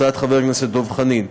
הצעת חבר הכנסת דב חנין.